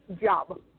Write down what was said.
job